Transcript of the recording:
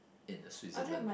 in the Switzerland